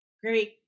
Great